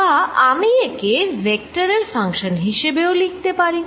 বা আমি একে ভেক্টর r এর ফাংশান হিসেবেও লিখতে পারি